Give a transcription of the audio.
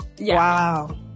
wow